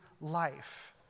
life